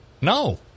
no